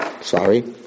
Sorry